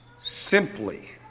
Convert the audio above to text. simply